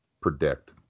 predict